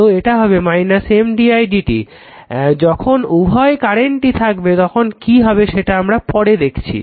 তো এটা হবে M d i1 dt যখন উভয় কারেন্টই থাকবে তখন কি হবে সেটা আমরা পরে দেখছি